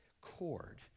cord